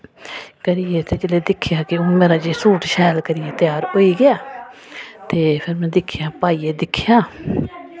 करियै ते जेल्लै दिक्खेआ कि हून मेरा सूट शैल करियै त्यार होई गेआ ते फिर में दिक्खेआ पाइयै दिक्खेआ